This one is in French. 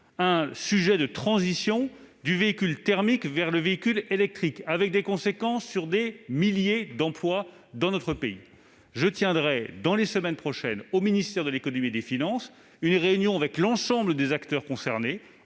de la transition du véhicule thermique vers le véhicule électrique, qui a des conséquences sur des milliers d'emplois dans notre pays. Je tiendrai dans les prochaines semaines, au ministère de l'économie et des finances, une réunion avec l'ensemble des acteurs concernés-